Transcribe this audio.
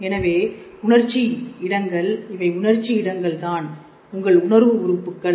எனவே உணர்ச்சி இடங்கள் இவை உணர்ச்சி இடங்கள் தான் உங்கள் உணர்வு உறுப்புக்கள்